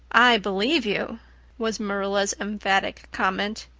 i believe you was marilla's emphatic comment.